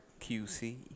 qc